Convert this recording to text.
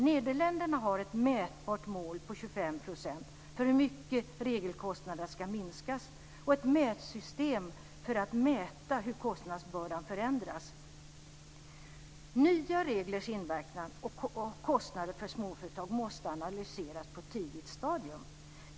Nederländerna har ett mätbart mål på 25 % för hur mycket regelkostnaderna ska minskas och ett mätsystem för att mäta hur kostnadsbördan förändras. Nya reglers inverkan och kostnader för småföretag måste analyseras på ett tidigt stadium.